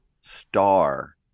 star